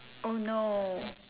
no